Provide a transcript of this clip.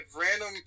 random